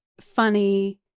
funny